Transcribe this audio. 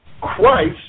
Christ